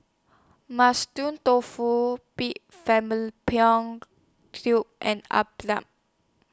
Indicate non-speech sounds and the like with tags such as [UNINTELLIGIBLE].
Mushroom Tofu Pig [UNINTELLIGIBLE] [NOISE] Tubes and [UNINTELLIGIBLE]